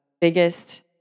biggest